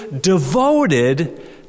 devoted